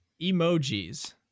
emojis